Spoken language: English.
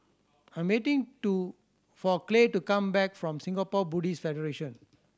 I'm waiting to for Clay to come back from Singapore Buddhist Federation